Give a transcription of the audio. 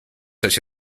such